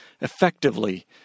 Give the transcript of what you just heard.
effectively